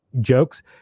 jokes